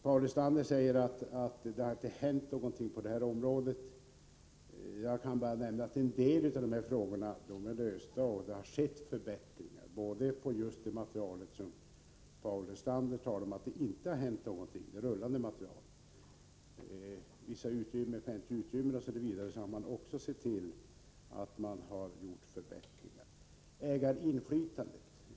Paul Lestander säger att det inte har hänt någonting på detta område. Jag kan bara nämna att en del av de här frågorna nu är lösta. Det har skett förbättringar även på just materielsidan — nämligen när det gäller den rullande materielen — där Paul Lestander säger att inte någonting har hänt. Även beträffande vissa pentryutrymmen osv. har man sett till att förbättringar åstadkommits. Sedan till det här med ägarinflytandet.